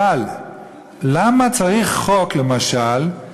אבל למה צריך חוק, למשל,